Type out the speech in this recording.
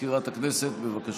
מזכירת הכנסת, בבקשה.